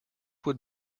would